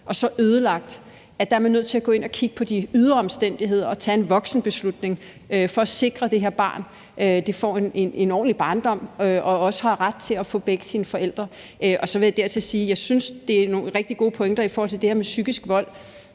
og så ødelagt, at man er nødt til at gå ind at kigge på de ydre omstændigheder og tage en voksenbeslutning for at sikre, at det her barn får en ordentlig barndom og også har ret til at få begge sine forældre. Så vil jeg dertil sige, at jeg synes, det er nogle rigtig gode pointer i forhold til det her med psykisk vold.